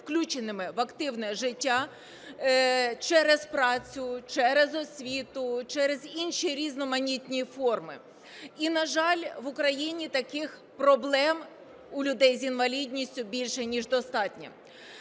включеними в активне життя через працю, через освіту, через інші різноманітні форми. І, на жаль, в Україні таких проблем у людей з інвалідністю більше ніж достатньо.